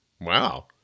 Wow